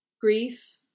Grief